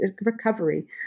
recovery